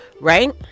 right